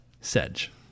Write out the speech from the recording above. sedge